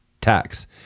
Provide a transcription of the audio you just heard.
tax